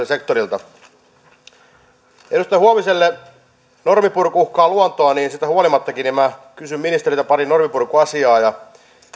sektorilta edustaja huoviselle norminpurku uhkaa luontoa mutta siitä huolimattakin kysyn ministeriltä pari norminpurkuasiaa ja